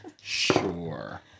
Sure